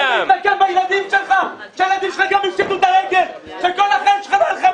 אם אני אראה לך פיגום שאני מוסר ופיגום שמנהל עבודה